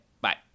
bye